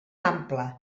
ample